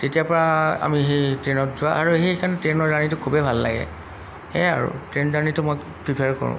তেতিয়াৰ পৰা আমি সেই ট্ৰেইনত যোৱা আৰু সেইকাৰণে ট্ৰেইনৰ জাৰ্ণীটো খুবেই ভাল লাগে সেয়াই আৰু ট্ৰেইন জাৰ্ণিটো মই প্ৰিফাৰ কৰোঁ